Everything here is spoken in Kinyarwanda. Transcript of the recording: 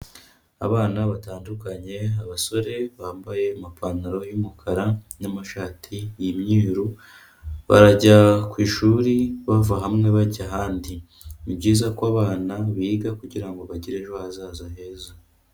Abana batandukanye, abasore bambaye amapantaro y'umukara n'amashati y'imyeru, barajya ku ishuri bava hamwe bajya ahandi. Ni byiza ko abana biga kugira ngo bagire ejo hazaza heza.